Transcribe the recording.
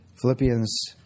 Philippians